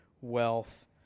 wealth